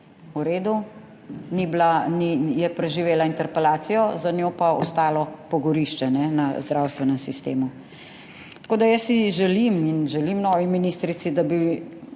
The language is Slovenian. V redu, ni bila, je preživela interpelacijo, za njo pa ostalo pogorišče na zdravstvenem sistemu. Tako da jaz si želim in želim novi ministrici, da bi